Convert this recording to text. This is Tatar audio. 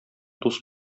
дус